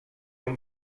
amb